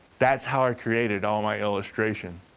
that's how i created all my illustration.